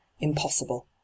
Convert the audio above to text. impossible